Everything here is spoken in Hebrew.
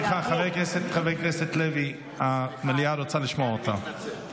חבר הכנסת לוי, המליאה רוצה לשמוע אותה.